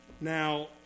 Now